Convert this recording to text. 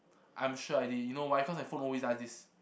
I'm sure I did you know why cause my phone always does this